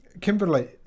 Kimberly